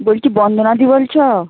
বলছি বন্দনাদি বলছ